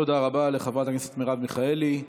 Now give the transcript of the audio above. תודה רבה לחברת הכנסת מרב מיכאלי.